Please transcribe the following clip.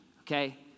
okay